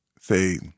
say